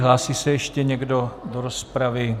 Hlásí se ještě někdo do rozpravy?